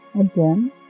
Again